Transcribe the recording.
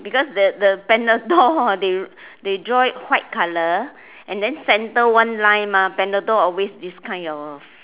because the the Panadol they they draw it white colour and then centre one line mah Panadol always this kind of